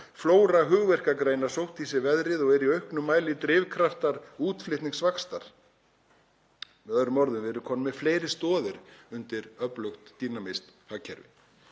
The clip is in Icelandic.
flóra hugverkagreina sótt í sig veðrið og þær eru í auknum mæli drifkraftar útflutningsvaxtar. Með öðrum orðum erum við komnir með fleiri stoðir undir öflugt dýnamískt hagkerfi.